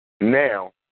now